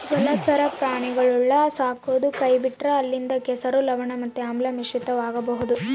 ಜಲಚರ ಪ್ರಾಣಿಗುಳ್ನ ಸಾಕದೊ ಕೈಬಿಟ್ರ ಅಲ್ಲಿಂದ ಕೆಸರು, ಲವಣ ಮತ್ತೆ ಆಮ್ಲ ಮಿಶ್ರಿತವಾಗಬೊದು